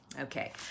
Okay